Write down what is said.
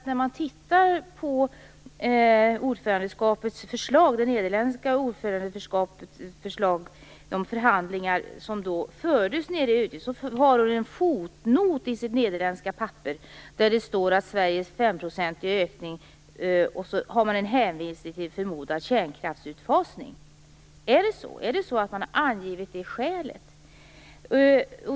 När man tittar på det nederländska ordförandeskapets förslag och de förhandlingar som då fördes, finner man en fotnot där det står om Sveriges 5 procentiga ökning. Där hänvisas till en förmodad kärnkraftsutfasning. Har man angivit det skälet?